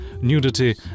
nudity